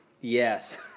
Yes